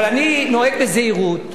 אבל אני נוהג בזהירות,